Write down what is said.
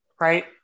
Right